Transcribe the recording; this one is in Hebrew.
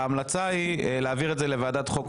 המלצת הצוות המשפטי היא להעביר את זה לוועדת החוקה,